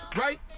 right